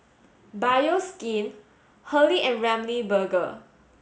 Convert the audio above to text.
Bioskin Hurley and Ramly Burger